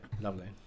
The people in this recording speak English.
lovely